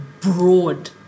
broad